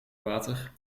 water